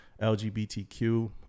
lgbtq